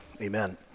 Amen